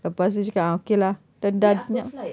lepas tu dia cakap ah okay lah dah